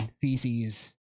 feces